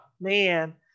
man